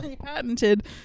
patented